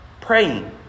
praying